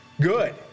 good